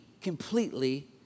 completely